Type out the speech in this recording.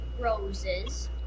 roses